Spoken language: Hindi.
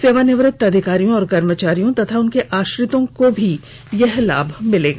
सेवानिवृत्त अधिकारियों और कर्मचारियों और उनके आश्रितों को भी यह लाभ मिलेगा